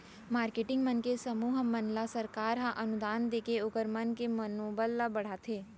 marketing मन के समूह मन ल सरकार ह अनुदान देके ओखर मन के मनोबल ल बड़हाथे